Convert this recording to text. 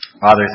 Father